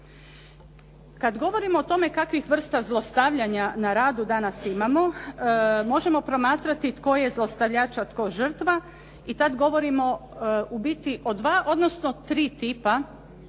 Kad govorimo o tome kakvih vrsta zlostavljanja na radu danas imamo, možemo promatrati tko je zlostavljač, a tko žrtva i tad govorimo ubiti o 2, odnosno 3 tipa